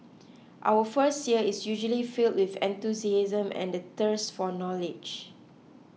our first year is usually filled with enthusiasm and the thirst for knowledge